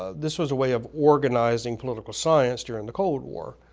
this was a way of organizing political science during the cold war.